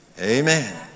Amen